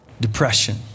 Depression